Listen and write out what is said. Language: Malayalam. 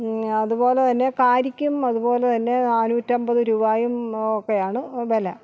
അതുപോലെ തന്നെ കാരിക്കും അതുപോലെ തന്നെ നാനൂറ്റമ്പത് രൂപായും ഒക്കെയാണ് വില